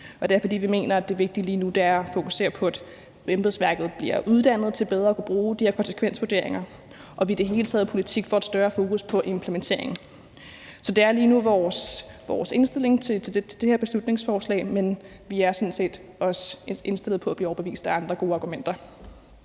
vi mener, at det vigtige lige nu er at fokusere på, at embedsværket bliver uddannet til bedre at kunne bruge de her konsekvensvurderinger, og at vi i vores politik i det hele taget får et større fokus på implementeringen. Så det er lige nu vores indstilling til det her beslutningsforslag, men vi er sådan set også indstillede på at blive overbevist af andre gode argumenter.